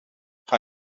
ha